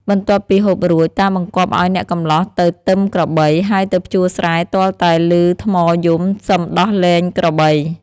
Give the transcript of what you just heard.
បន្ទាប់ពីហូបរួច តាបង្គាប់ឱ្យអ្នកកម្លោះទៅទឹមក្របី ហើយទៅភ្ជួរស្រែទាល់តែឮថ្មយំ សឹមដោះលែងក្របី។